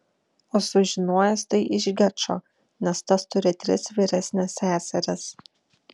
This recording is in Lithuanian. o sužinojęs tai iš gečo nes tas turi tris vyresnes seseris